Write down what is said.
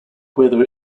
whether